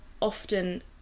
often